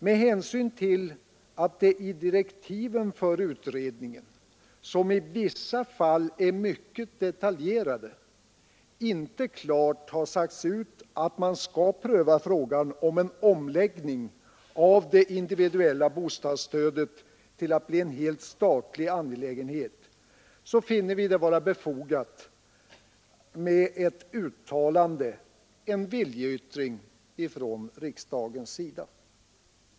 Med hänsyn till att det i direktiven för utredningen, som i vissa fall är mycket detaljerade, inte klart har sagts ut att man skall pröva frågan om en omläggning av det individuella bostadsstödet till att bli en helt statlig angelägenhet finner vi det vara befogat med ett uttalande, en viljeyttring, från riksdagens sida.